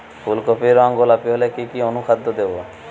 ফুল কপির রং গোলাপী হলে কি অনুখাদ্য দেবো?